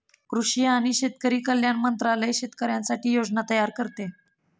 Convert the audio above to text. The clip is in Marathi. कृषी आणि शेतकरी कल्याण मंत्रालय शेतकऱ्यांसाठी योजना तयार करते